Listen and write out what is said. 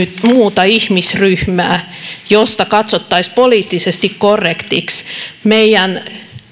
muuta ihmisryhmää josta katsottaisiin poliittisesti korrektiksi meidän